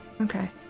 Okay